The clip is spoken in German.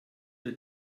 der